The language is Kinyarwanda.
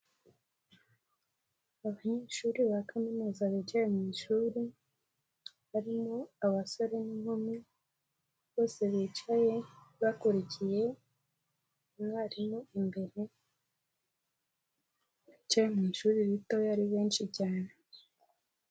Abanyeshuri ba kaminuza bicaye mu ishuri, barimo abasore n'inkumi, bose bicaye bakurikiye umwarimu imbere, bicaye mu ishuri ritoya ari benshi cyane.